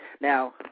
Now